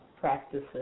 practices